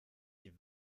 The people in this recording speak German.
sie